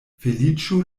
feliĉo